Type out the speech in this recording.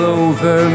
over